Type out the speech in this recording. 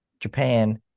Japan